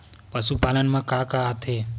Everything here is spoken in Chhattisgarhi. पशुपालन मा का का आथे?